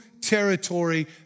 territory